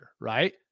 right